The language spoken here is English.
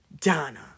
Donna